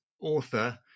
author